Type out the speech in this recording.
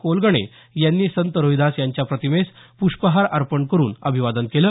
कोलगणे यांनी संत रोहिदास यांच्या प्रतिमेस पुष्पहार अर्पण करुन अभिवादन केलं